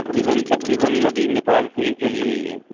تقریباً تقریباً ندی نیپال سے ہی چلی ہوئی ہے